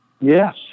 Yes